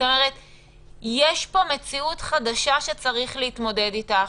יש פה מציאות חדשה שצריך להתמודד איתה.